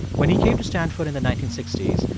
when he came to stanford in the nineteen sixty s,